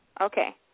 Okay